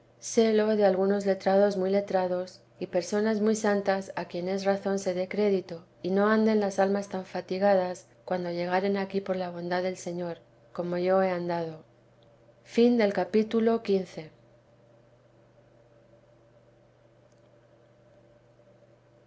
entendido sélo de algunos letrados muy letrados y personas muy santas a quien es razón se dé crédito y no anden las almas tan fatigadas cuando llegaren aquí por la bondad del señor como yo he andado capítulo